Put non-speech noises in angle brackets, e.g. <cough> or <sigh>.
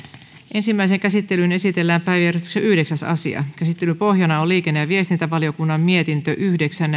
ensimmäiseen käsittelyyn esitellään päiväjärjestyksen yhdeksäs asia käsittelyn pohjana on liikenne ja viestintävaliokunnan mietintö yhdeksän <unintelligible>